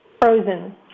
frozen